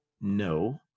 no